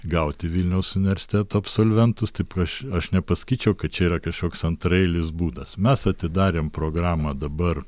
gauti vilniaus universiteto absolventus taip aš aš nepasakyčiau kad čia yra kažkoks antraeilis būdas mes atidarėm programą dabar